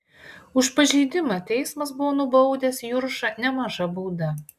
už pažeidimą teismas buvo nubaudęs juršą nemaža bauda